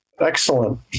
Excellent